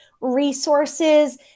resources